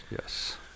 Yes